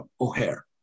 O'Hare